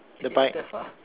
the bike